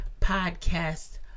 podcast